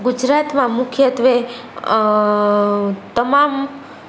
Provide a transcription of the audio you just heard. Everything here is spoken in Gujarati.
ગુજરાતમાં મુખ્યત્વે તમામ